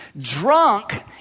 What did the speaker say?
Drunk